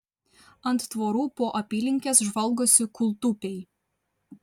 ant tvorų po apylinkes žvalgosi kūltupiai